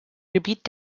gebiet